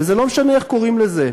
ולא משנה איך קוראים לזה.